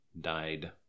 died